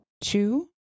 Two